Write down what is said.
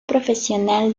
profesional